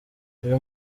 uyu